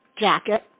jacket